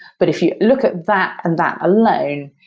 but if you look at that and that alone,